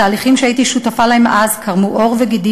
התהליכים שהייתי שותפה להם אז קרמו עור וגידים